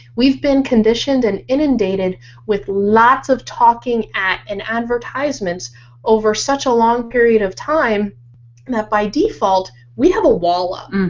we've been conditioned and inundated with lots of talking at and advertisements over such a long period of time and that by default, we have a wall up.